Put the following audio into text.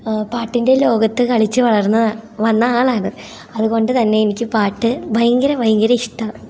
പാട്ടിന്റെ ലോകത്ത് കളിച്ച് വളർന്ന് വന്ന ആളാന്ന് അതുകൊണ്ട് തന്നെ എനിക്ക് പാട്ട് ഭയങ്കര ഭയങ്കര ഇഷ്ടം ആണ്